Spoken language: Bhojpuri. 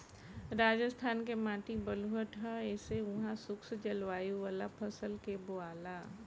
राजस्थान के माटी बलुअठ ह ऐसे उहा शुष्क जलवायु वाला फसल के बोआला